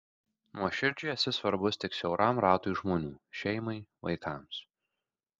nuoširdžiai esi svarbus tik siauram ratui žmonių šeimai vaikams